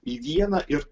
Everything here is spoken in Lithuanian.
į vieną ir